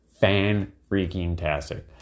fan-freaking-tastic